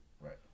Right